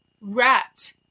rat